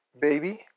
Baby